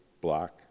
block